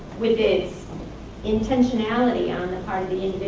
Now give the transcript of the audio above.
with this intentionality on the